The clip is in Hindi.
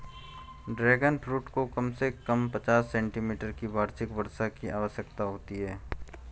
ड्रैगन फ्रूट को कम से कम पचास सेंटीमीटर की वार्षिक वर्षा की आवश्यकता होती है